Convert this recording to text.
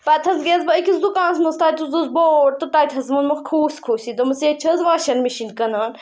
پَتہٕ حظ گٔیَس بہٕ أکِس دُکانَس منٛز تَتہِ حظ اوس بوٚڑ تہٕ تَتہِ حظ ووٚنمَکھ کھوٗژۍ کھوٗژی دوٚپمَس ییٚتہِ چھِ حظ واشنٛگ مِشیٖن کٕنان